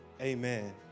amen